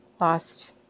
lost